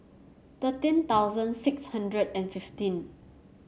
thirteen thousand six hundred and fifteen